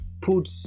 put